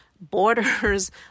borders